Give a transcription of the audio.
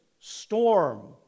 storm